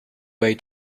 way